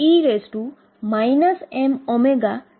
તેથી ત્યાં આપણે બીજુ ડેરીવેટીવ પણ લઈ શકાય છે